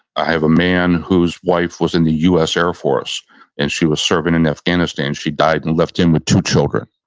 i have a man whose wife was in the us air force and she was serving in afghanistan. she died and left him with two children.